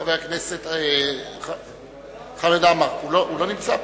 חבר הכנסת חמד עמאר, הוא לא נמצא פה.